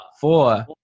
Four